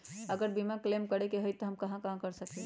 अगर बीमा क्लेम करे के होई त हम कहा कर सकेली?